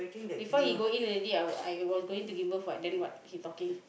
before he go in already I I was going to give her hug then what he talking